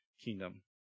kingdom